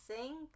Sing